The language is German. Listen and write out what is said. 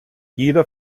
jeder